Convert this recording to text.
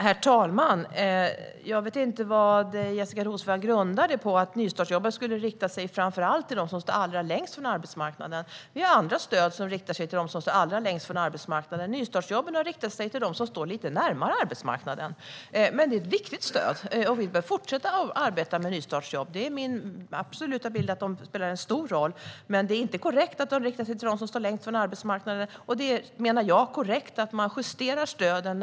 Herr talman! Jag vet inte vad Jessika Roswall grundar detta på - att nystartsjobben skulle rikta sig framför allt till dem som står allra längst från arbetsmarknaden. Vi har andra stöd som riktar sig till dem. Nystartsjobben har riktat sig till dem som står lite närmare arbetsmarknaden. Men det är ett viktigt stöd, och vi bör fortsätta att arbeta med nystartsjobb. Det är min absoluta bild att de spelar en stor roll. Men det är inte korrekt att de riktar sig till dem som står längst från arbetsmarknaden, och det är, menar jag, korrekt att man justerar stöden.